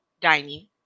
dining